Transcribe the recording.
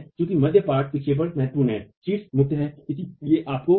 चूंकि मध्य पाट विक्षेपण महत्वपूर्ण हैशीर्ष मुक्त है इसलिए आपको